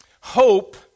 Hope